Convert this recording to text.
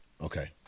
Okay